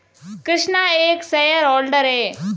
कृष्णा एक shareholder है